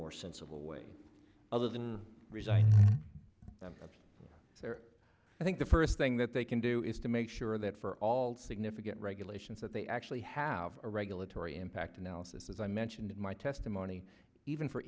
more sensible way other than resign of their i think the first thing that they can do is to make sure that for all the significant regulations that they actually have a regulatory impact analysis as i mentioned in my testimony even for